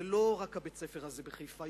זה לא רק בית-הספר הזה בחיפה,